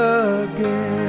again